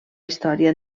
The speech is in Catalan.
història